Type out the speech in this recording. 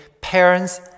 parents